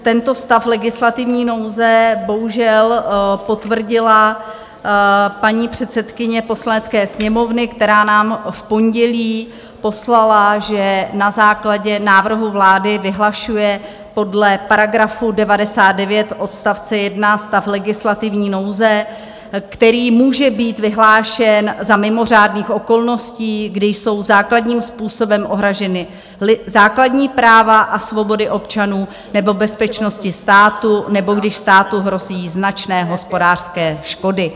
Tento stav legislativní nouze bohužel potvrdila paní předsedkyně Poslanecké sněmovny, která nám v pondělí poslala, že na základě návrhu vlády vyhlašuje podle § 99 odst. 1 stav legislativní nouze, který může být vyhlášen za mimořádných okolností, kdy jsou základním způsobem ohrožena základní práva a svobody občanů nebo bezpečnost státu nebo když státu hrozí značné hospodářské škody.